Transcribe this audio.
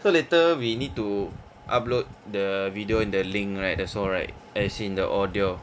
so later we need to upload the video in the link right that's all right as in the audio